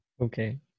Okay